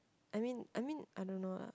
I mean I mean I don't know lah